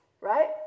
right